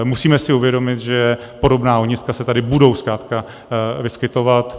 Musíme si uvědomit, že podobná ohniska se tady budou zkrátka vyskytovat.